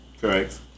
Correct